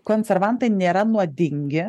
konservantai nėra nuodingi